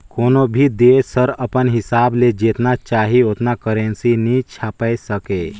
कोनो भी देस हर अपन हिसाब ले जेतना चाही ओतना करेंसी नी छाएप सके